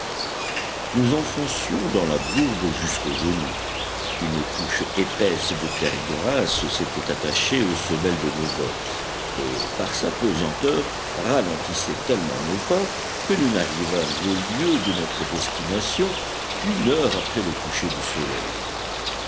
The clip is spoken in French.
nous enfoncions dans la bourbe jusqu'aux genoux une couche épaisse de terre grasse s'était attachée aux semelles de nos bottes et par sa pesanteur ralentissait tellement nos pas que nous n'arrivâmes au lieu de notre destination qu'une heure après le coucher du soleil